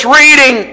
reading